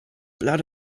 blood